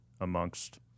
amongst